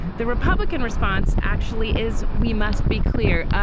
the republican response actually is, we must be clear.